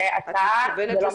זאת הצעה, זה לא מחייב.